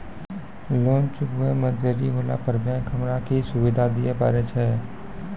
Loan चुकब इ मे देरी होला पर बैंक हमरा की सुविधा दिये पारे छै?